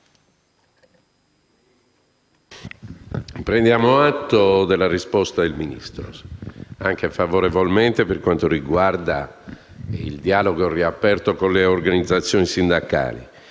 prendiamo atto della sua risposta, anche favorevolmente per quanto riguarda il dialogo riaperto con le organizzazioni sindacali.